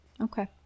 Okay